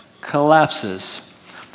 collapses